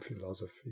philosophy